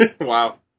Wow